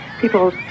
people